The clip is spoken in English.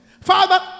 Father